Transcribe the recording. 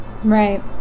Right